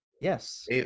Yes